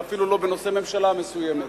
ואפילו לא בנושא ממשלה מסוימת.